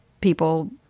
people